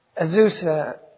Azusa